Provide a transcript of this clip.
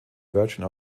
virgin